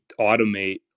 automate